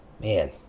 man